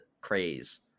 craze